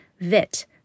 VIT